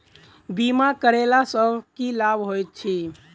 बीमा करैला सअ की लाभ होइत छी?